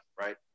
right